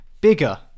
bigger